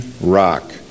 rock